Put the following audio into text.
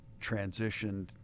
transitioned